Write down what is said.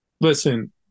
Listen